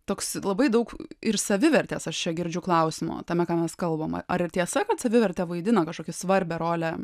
toks labai daug ir savivertės aš čia girdžiu klausimo tame ką mes kalbam ar tiesa kad savivertė vaidina kažkokį svarbią rolę